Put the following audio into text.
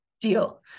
deal